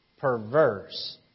perverse